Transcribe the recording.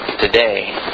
today